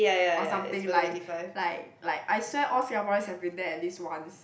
or something like like like I swear all Singaporeans have been there at least once